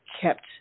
kept